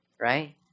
right